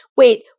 Wait